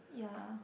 yeah